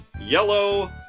yellow